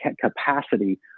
capacity